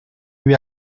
lui